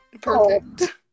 Perfect